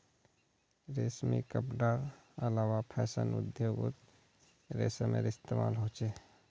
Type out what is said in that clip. रेशमी कपडार अलावा फैशन उद्द्योगोत रेशमेर इस्तेमाल होचे